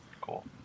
Cool